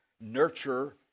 nurture